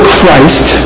Christ